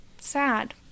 Sad